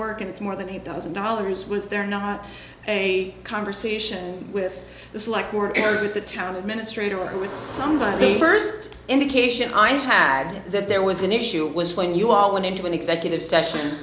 work and it's more than eight thousand dollars was there not a conversation with this like your area with the town administrator or with somebody first indication i had that there was an issue and you all went into an executive session